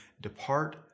depart